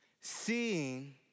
Seeing